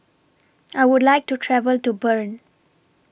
I Would like to travel to Bern